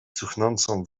cuchnącą